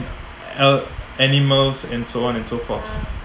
uh animals and so on and so forth